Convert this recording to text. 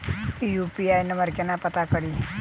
UPI number केना पत्ता कड़ी?